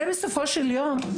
הרי בסופו של יום,